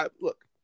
look